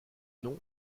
nom